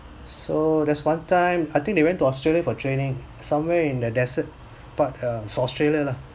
so there's one time I think they went to australia for training somewhere in the desert part uh australia lah